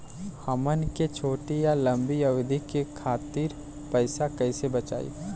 हमन के छोटी या लंबी अवधि के खातिर पैसा कैसे बचाइब?